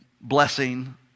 blessing